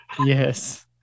Yes